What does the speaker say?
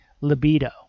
libido